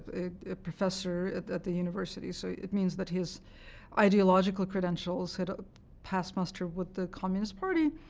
a professor at at the university. so it means that his ideological credentials had ah passed muster with the communist party.